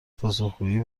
پاسخگویی